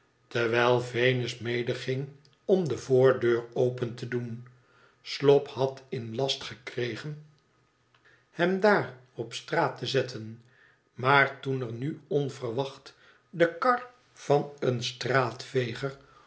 terwijl venus medeging om de voordeur open te doen slop had in last gekregen hem daar op straat te zetten maar toen er nu onverwacht de kar van een